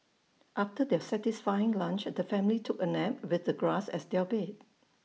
after their satisfying lunch the family took A nap with the grass as their bed